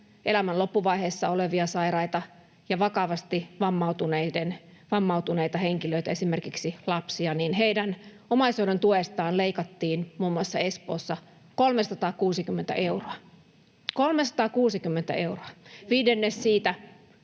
elämän loppuvaiheessa olevia sairaita ja vakavasti vammautuneita henkilöitä, esimerkiksi lapsia, heidän omaishoidon tuestaan leikattiin muun muassa Espoossa 360 euroa — 360 euroa, viidennes siitä